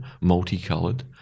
multicolored